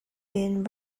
been